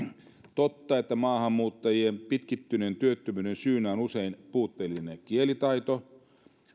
totta että maahanmuuttajien pitkittyneen työttömyyden syynä on usein puutteellinen kielitaito